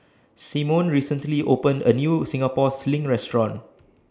Simone recently opened A New Singapore Sling Restaurant